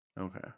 Okay